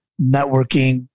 networking